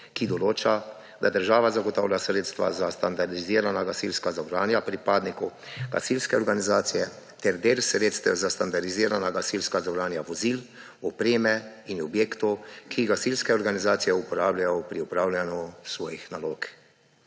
ki določa, da država zagotavlja sredstva za standardizirana gasilska zavarovanja pripadnikov gasilske organizacije ter del sredstev za standardizirana gasilska zavarovanja vozil, opreme in objektov, ki jih gasilske organizacije uporabljajo pri opravljanju svojih nalog.